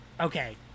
okay